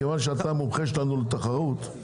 כיוון שאתה המומחה שלנו לתחרות,